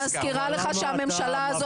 וכמה חברים יש בכלל בוועדה?